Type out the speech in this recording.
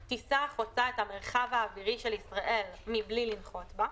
(4) טיסה החוצה את המרחב האווירי של ישראל מבלי לנחות בה."